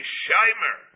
shimer